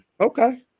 Okay